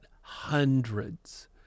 hundreds